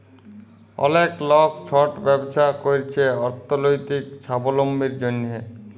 অলেক লক ছট ব্যবছা ক্যইরছে অথ্থলৈতিক ছাবলম্বীর জ্যনহে